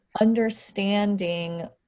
Understanding